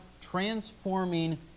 transforming